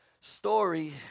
story